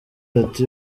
ati